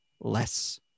less